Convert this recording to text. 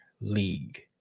league